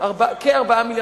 שר בכיר,